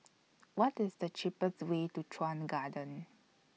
What IS The cheapest Way to Chuan Garden